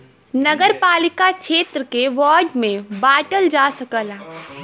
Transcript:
नगरपालिका क्षेत्र के वार्ड में बांटल जा सकला